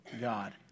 God